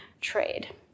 trade